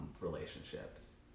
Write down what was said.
relationships